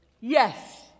Yes